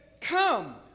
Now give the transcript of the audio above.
come